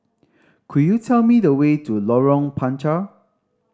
could you tell me the way to Lorong Panchar